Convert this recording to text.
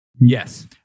Yes